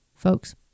Folks